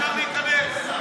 אפשר להיכנס.